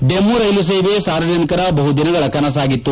DEMU ರೈಲು ಸೇವೆ ಸಾರ್ವಜನಿಕರ ಬಹುದಿನಗಳ ಕನಸಾಗಿತ್ತು